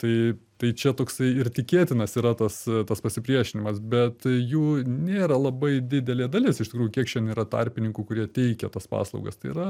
tai tai čia toksai ir tikėtinas yra tas tas pasipriešinimas bet jų nėra labai didelė dalis iš tikrųjų kiek šiandien yra tarpininkų kurie teikia tas paslaugas tai yra